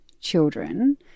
children